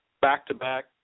Back-to-back